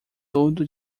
todo